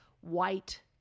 white